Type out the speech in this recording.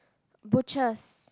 butchers